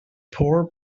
poor